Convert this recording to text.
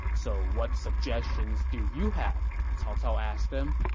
so what suggestions do you have? cao cao asked them